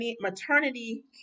maternity